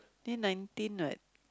then nineteen what